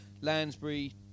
Lansbury